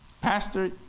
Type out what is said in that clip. Pastor